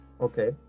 okay